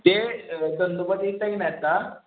ते दंदोबा की नाही आता